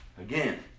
again